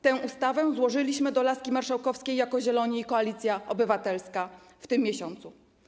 Tę ustawę złożyliśmy do laski marszałkowskiej jako Zieloni i Koalicja Obywatelska w tym miesiącu.